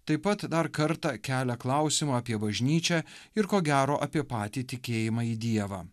taip pat dar kartą kelia klausimą apie bažnyčią ir ko gero apie patį tikėjimą į dievą